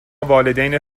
والدین